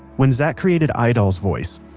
when zach created eyedol's voice,